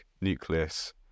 nucleus